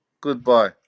Goodbye